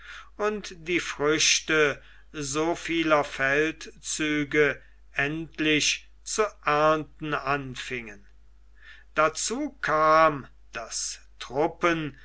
und die früchte so vieler feldzüge endlich zu ernten anfingen dazu kam daß truppen